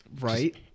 Right